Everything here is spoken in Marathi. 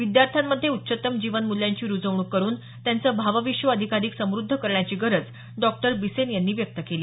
विद्यार्थ्यांमध्ये उच्चतम जीवन मूल्यांची रुजवणूक करून त्यांचं भाव विश्व अधिकाधिक समृद्ध करण्याची गरज डॉ बिसेन यांनी व्यक्त केली